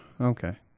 Okay